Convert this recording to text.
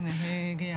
הנה היא הגיעה.